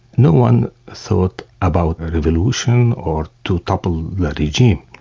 no-one thought about a revolution, or to topple the regime.